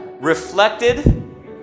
reflected